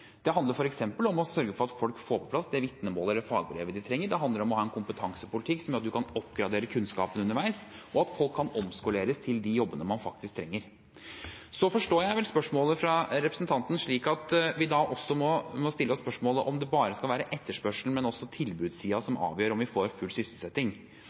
Det handler f.eks. om å sørge for at folk får på plass det vitnemålet eller det fagbrevet de trenger. Det handler om å ha en kompetansepolitikk som gjør at man kan oppgradere kunnskapen underveis, og at folk kan omskoleres til de jobbene vi faktisk trenger. Så forstår jeg vel spørsmålet fra representanten slik at vi da også må stille oss spørsmålet om det bare skal være etterspørsel eller også tilbudssiden som avgjør om vi får full sysselsetting.